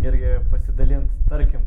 irgi pasidalint tarkim